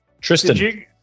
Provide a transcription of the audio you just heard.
Tristan